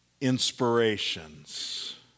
inspirations